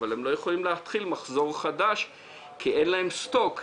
אבל הם לא יכולים להתחיל מחזור חדש כי אין להם סטוק.